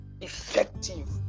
effective